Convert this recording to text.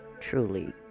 truly